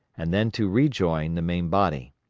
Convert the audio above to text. and then to rejoin the main body.